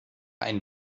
ein